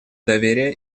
доверия